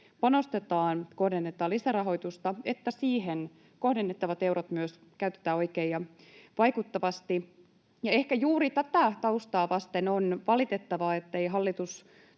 panostetaan ja kohdennetaan lisärahoitusta, kohdennettavat eurot myös käytetään oikein ja vaikuttavasti. Ehkä juuri tätä taustaa vasten on valitettavaa,